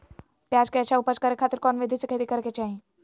प्याज के अच्छा उपज करे खातिर कौन विधि से खेती करे के चाही?